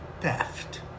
theft